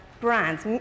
brands